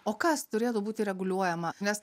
o kas turėtų būti reguliuojama nes